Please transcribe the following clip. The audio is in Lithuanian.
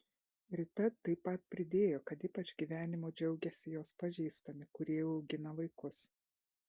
rita taip pat pridėjo kad ypač gyvenimu džiaugiasi jos pažįstami kurie jau augina vaikus